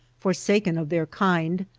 forsaken of their kind,